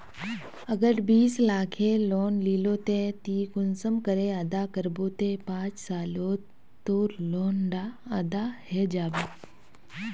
अगर बीस लाखेर लोन लिलो ते ती कुंसम करे अदा करबो ते पाँच सालोत तोर लोन डा अदा है जाबे?